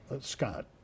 Scott